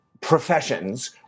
professions